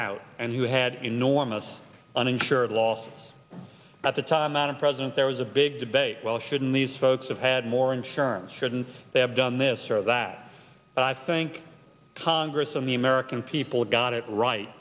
out and who had enormous uninsured losses at the time out of president there was a big debate well shouldn't these folks have had more insurance shouldn't they have done this or that i think congress and the american people got it right